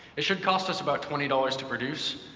it should cost us about twenty dollars to produce,